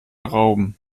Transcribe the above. rauben